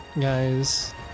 guys